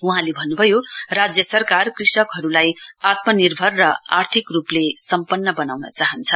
वहाँले भन्नुभयो राज्य सरकार कृषिकहरुलाई आत्मनिर्भर र आर्थिक रुपले सुदृढ बनाउन चाहन्छ